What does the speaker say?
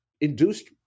induced